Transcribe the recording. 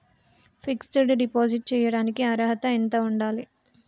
Fix డ్ deposit చేయటానికి అర్హత ఎంత ఉండాలి?